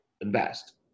invest